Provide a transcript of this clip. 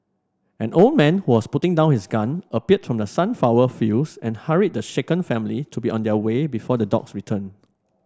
an old man who was putting down his gun appeared from the sunflower fields and hurried the shaken family to be on their way before the dogs return